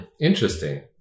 Interesting